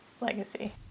legacy